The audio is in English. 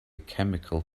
chemical